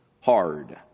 hard